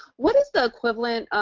what is the equivalent,